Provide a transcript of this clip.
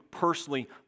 personally